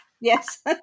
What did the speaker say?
Yes